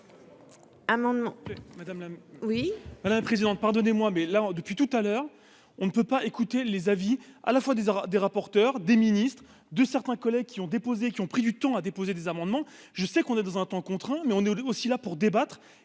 Voilà un président de pardonnez-moi mais là depuis tout à l'heure, on ne peut pas écouter les avis à la fois des des rapporteurs des ministres de certains collègues qui ont déposé, qui ont pris du temps à déposer des amendements, je sais qu'on est dans un temps contraint mais on est aussi là pour débattre